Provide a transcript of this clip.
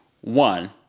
one